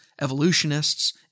evolutionists